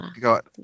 got